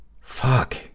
Fuck